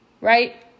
Right